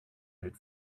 had